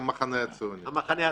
המחנה הציוני.